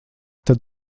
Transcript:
tad